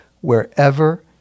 wherever